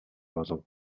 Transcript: болов